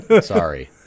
Sorry